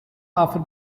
after